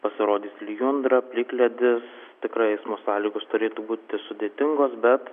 pasirodys lijundra plikledis tikrai eismo sąlygos turėtų būti sudėtingos bet